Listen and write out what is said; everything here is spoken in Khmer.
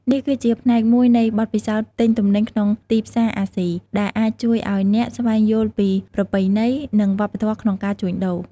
នេះគឺជាផ្នែកមួយនៃបទពិសោធន៍ទិញទំនិញក្នុងទីផ្សារអាស៊ី ដែលអាចជួយឱ្យអ្នកស្វែងយល់ពីប្រពៃណី និងវប្បធម៌ក្នុងការជួញដូរ។